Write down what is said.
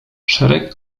szereg